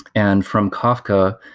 and from kafka,